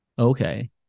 okay